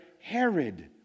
Herod